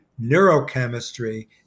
neurochemistry